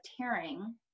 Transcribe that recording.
tearing